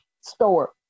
store